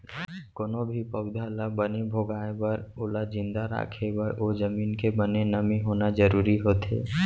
कोनो भी पउधा ल बने भोगाय बर ओला जिंदा राखे बर ओ जमीन के बने नमी होना जरूरी होथे